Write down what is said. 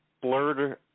blurred